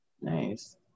Nice